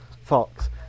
Fox